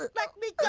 let like me